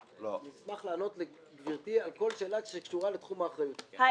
אשמח לענות לגברתי על כל שאלה שקשורה לתחום האחריות שלי.